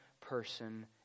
person